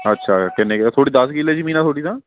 ਅੱਛਾ ਕਿੰਨੇ ਕੁ ਤੁਹਾਡੀ ਦਸ ਕਿੱਲੇ ਜਮੀਨ ਹੈ ਤੁਹਾਡੀ ਤਾਂ